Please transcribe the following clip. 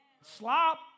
slop